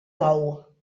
bou